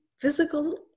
physical